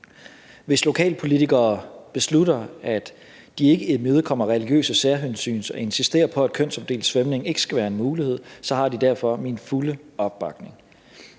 Hvis lokalpolitikere beslutter, at de ikke imødekommer religiøse særhensyn og insisterer på, at kønsopdelt svømning ikke skal være en mulighed, så har de derfor min fulde opbakning.